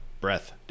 breath